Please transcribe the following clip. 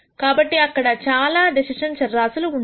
కాబట్టి అక్కడ చాలా డెసిషన్ చరరాశులు ఉంటాయి